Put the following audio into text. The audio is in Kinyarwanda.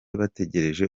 bategereje